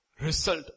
result